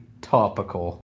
topical